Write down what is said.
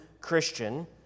Christian